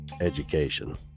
education